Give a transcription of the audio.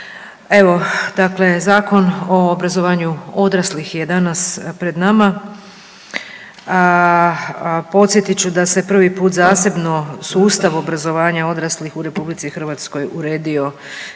dakle Zakon o obrazovanju odraslih je danas pred nama. Podsjetit ću da se prvi puta zasebno sustav obrazovanja odraslih u RH uredio